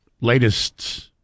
latest